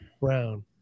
Brown